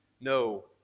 no